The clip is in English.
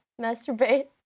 Masturbate